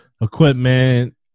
equipment